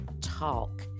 talk